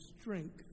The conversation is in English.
strength